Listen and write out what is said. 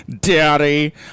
Daddy